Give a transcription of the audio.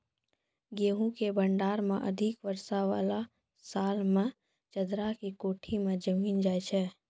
गेहूँ के भंडारण मे अधिक वर्षा वाला साल मे चदरा के कोठी मे जमीन जाय छैय?